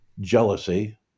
jealousy